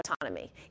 autonomy